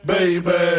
Baby